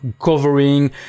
covering